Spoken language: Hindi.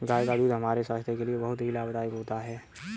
गाय का दूध हमारे स्वास्थ्य के लिए बहुत ही लाभदायक होता है